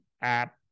app